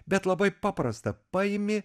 bet labai paprasta paimi